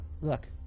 look